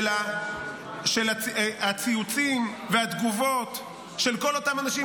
של הציוצים והתגובות של כל אותם אנשים.